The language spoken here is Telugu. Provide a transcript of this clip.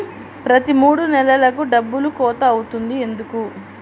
ప్రతి మూడు నెలలకు డబ్బులు కోత అవుతుంది ఎందుకు?